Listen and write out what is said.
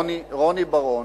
רוני בר-און,